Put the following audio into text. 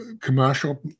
commercial